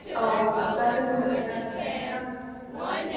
औ बिदिबा दोनगोन दे आङो मेल्ला मैगं दं नालाय